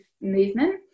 movement